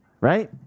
right